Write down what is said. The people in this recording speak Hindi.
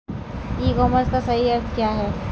ई कॉमर्स का सही अर्थ क्या है?